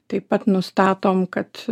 taip pat nustatom kad